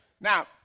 Now